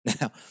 Now